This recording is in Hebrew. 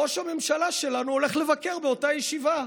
ראש הממשלה שלנו הולך לבקר באותה ישיבה.